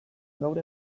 gaur